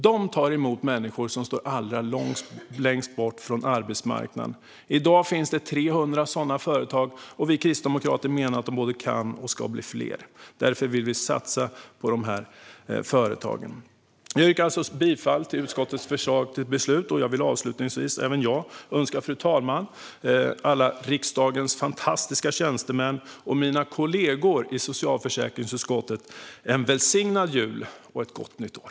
De tar emot människor som står allra längst bort från arbetsmarknaden. I dag finns det 300 sådana företag, och vi kristdemokrater menar att de både kan och ska bli fler. Vi vill därför satsa på de här företagen. Jag yrkar bifall till utskottets förslag till beslut. Avslutningsvis vill även jag önska fru talman, alla riksdagens fantastiska tjänstemän och mina kollegor i socialförsäkringsutskottet en välsignad jul och ett gott nytt år.